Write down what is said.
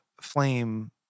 flame